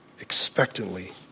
expectantly